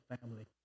family